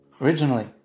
Originally